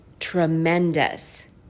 tremendous